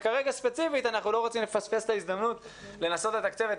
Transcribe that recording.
כרגע ספציפית אנחנו לא רוצים לפספס את ההזדמנות לנסות לתקצב את